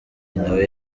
nawe